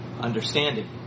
understanding